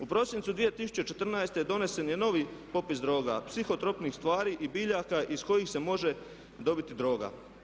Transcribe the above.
U prosincu 2014. donesen je novi popis droga, psihotropnih stvari i biljaka iz kojih se može dobiti droga.